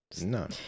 No